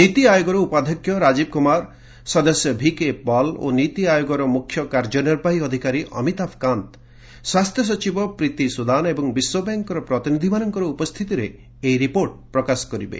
ନୀତି ଆୟୋଗର ଉପାଧ୍ୟକ୍ଷ ରାଜୀବ କୁମାର ସଦସ୍ୟ ଭିକେ ପଲ୍ ଓ ନୀତି ଆୟୋଗ ମୁଖ୍ୟ କାର୍ଯ୍ୟନିର୍ବାହୀ ଅଧିକାରୀ ଅମିତାଭ କାନ୍ତ ସ୍ୱାସ୍ଥ୍ୟ ସଚିବ ପ୍ରୀତି ସୁଦାନ ଏବଂ ବିଶ୍ୱବ୍ୟାଙ୍କର ପ୍ରତିନିଧିମାନଙ୍କର ଉପସ୍ଥିତିରେ ଏହି ରିପୋର୍ଟ ପ୍ରକାଶ କରିବେ